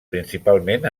principalment